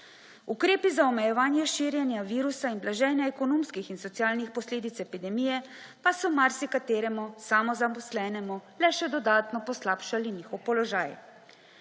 Ukrepi za omejevanje širjenja virusa in blaženje ekonomskih in socialnih posledic epidemije pa so marsikateremu samozaposlenemu le še dodatno poslabšali njihov položaj.